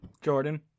Jordan